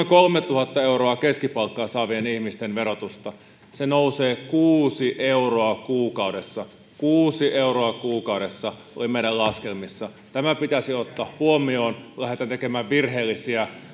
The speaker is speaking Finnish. kolmetuhatta euroa palkkaa saavien ihmisten verotusta se nousee kuusi euroa kuukaudessa kuusi euroa kuukaudessa oli meidän laskelmissamme tämä pitäisi ottaa huomioon kun lähdetään tekemään virheellisiä